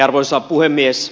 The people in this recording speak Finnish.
arvoisa puhemies